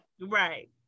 Right